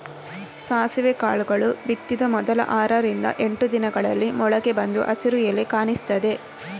ಸಾಸಿವೆ ಕಾಳುಗಳು ಬಿತ್ತಿದ ಮೊದಲ ಆರರಿಂದ ಎಂಟು ದಿನಗಳಲ್ಲಿ ಮೊಳಕೆ ಬಂದು ಹಸಿರು ಎಲೆ ಕಾಣಿಸ್ತದೆ